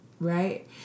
right